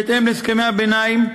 בהתאם להסכמי הביניים,